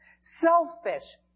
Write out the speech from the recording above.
selfish